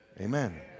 Amen